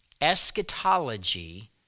Eschatology